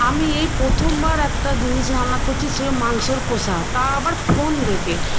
আমি এই প্রথমবার একটা জিনিস রান্না করছি সে মাংসর কষা তা আবার ফোন দেখে